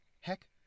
Heck